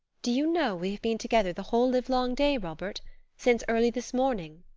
do you know we have been together the whole livelong day, robert since early this morning?